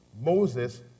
Moses